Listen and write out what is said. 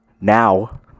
now